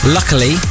Luckily